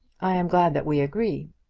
i am glad that we agree.